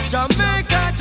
Jamaica